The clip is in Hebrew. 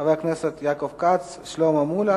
חבר הכנסת יעקב כץ, שלמה מולה,